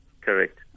Correct